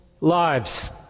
lives